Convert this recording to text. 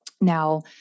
Now